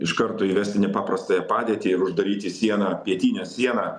iš karto įvesti nepaprastąją padėtį ir uždaryti sieną pietinę sieną